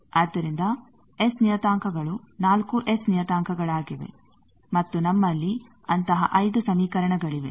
ಆದ್ದರಿಂದ ಎಸ್ ನಿಯತಾಂಕಗಳು 4 ಎಸ್ ನಿಯತಾಂಕಗಳಾಗಿವೆ ಮತ್ತು ನಮ್ಮಲ್ಲಿ ಅಂತಹ 5 ಸಮೀಕರಣಗಳಿವೆ